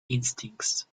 instincts